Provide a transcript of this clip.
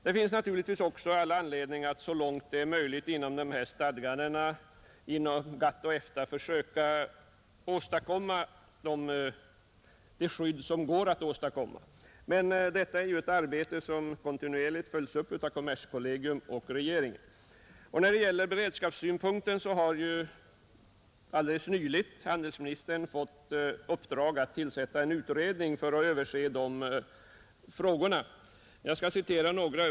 Det finns anledning att så långt som möjligt inom ramen för stadgandena inom GATT och EFTA försöka åstadkomma det skydd som är möjligt att åstadkomma, och detta arbete följs kontinuerligt upp av kommerskollegium och regeringen. Handelsministern har nyligen fått i uppdrag att tillsätta en utredning för att överse beredskapssynpunkterna.